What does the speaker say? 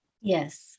yes